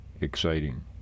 exciting